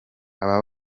aba